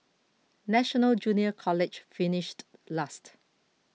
National Junior College finished last